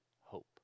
hope